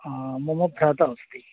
मम भ्राता अस्ति